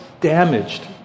damaged